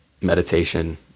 meditation